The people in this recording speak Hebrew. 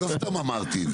לא סתם אמרתי את זה.